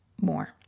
more